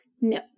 No